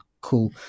Cool